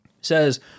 says